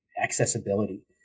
Accessibility